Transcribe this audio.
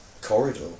corridor